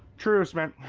truce man.